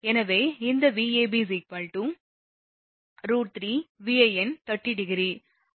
எனவே இந்த Vab √3Van∠30°